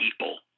people